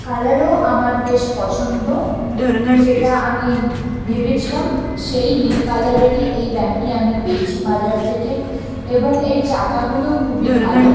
কালারও আমার বেশ পছন্দ যেটা আমি ভেবেছিলাম সেই নীল কালারেরই এই ব্যাগটি আমি পেয়েছি বাজার থেকে এবং এর চাকাগুলো খুবই ভালো